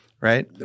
right